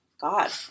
god